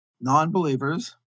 non-believers